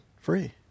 free